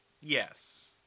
Yes